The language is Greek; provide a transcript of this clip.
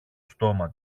στόμα